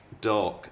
dark